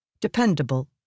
Dependable